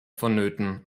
vonnöten